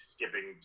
Skipping